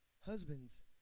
husbands